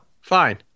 Fine